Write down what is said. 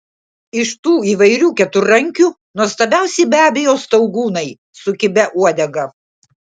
iš tų įvairių keturrankių nuostabiausi be abejo staugūnai su kibia uodega